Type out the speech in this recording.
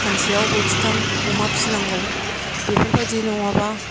सानसेआव बोथिथाम अमा फिसिनांगौ बेफोरबायदि नङाबा